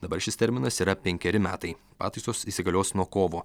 dabar šis terminas yra penkeri metai pataisos įsigalios nuo kovo